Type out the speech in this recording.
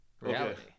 reality